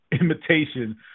imitation